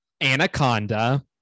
Anaconda